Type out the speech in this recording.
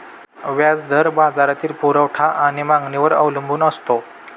व्याज दर बाजारातील पुरवठा आणि मागणीवर अवलंबून असतो